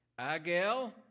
Agel